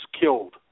killed